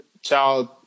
child